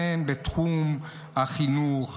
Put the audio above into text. בתחומי החינוך,